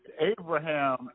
Abraham